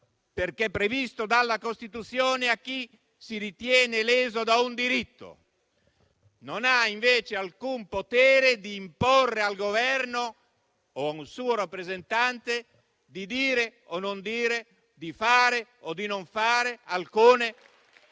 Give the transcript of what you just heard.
quanto previsto dalla Costituzione, a chi si ritiene leso in un diritto. Non ha invece alcun potere di imporre al Governo o a un suo rappresentante di dire o non dire, di fare o non fare alcune